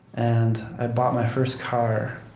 and i bought my first car,